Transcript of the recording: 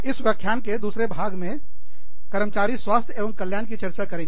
इस व्याख्यान के दूसरे भाग में कर्मचारी स्वास्थ्य एवं कल्याण की चर्चा करेंगे